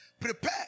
Prepare